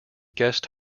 guest